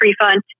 refund